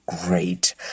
great